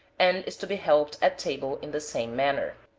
and is to be helped at table in the same manner.